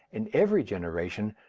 in every generation,